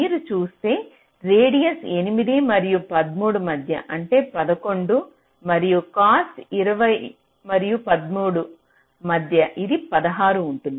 మీరు చూస్తే రేడియస్ 8 మరియు 13 మధ్య అంటే 11 మరియు కాస్ట్ 20 మరియు 13 మధ్య ఇది 16 ఉంటుంది